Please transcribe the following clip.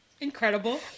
Incredible